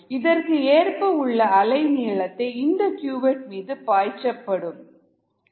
இதற்கு ஏற்ப உள்ள அலை நீளத்தை இந்த கியூவெட் மீது பாய்ச்சப்படும்